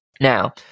Now